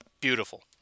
beautiful